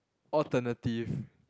alternative